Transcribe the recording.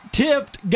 tipped